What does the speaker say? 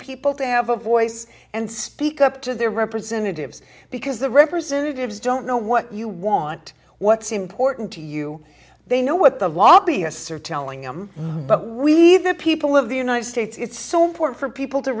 people to have a voice and speak up to their representatives because the representatives don't know what you want what's important to you they know what the lobbyists are telling them but we the people of the united states it's so important for people to